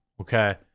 Okay